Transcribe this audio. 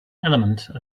element